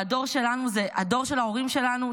והדור של ההורים שלנו,